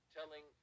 Telling